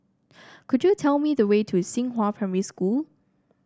could you tell me the way to Xinghua Primary School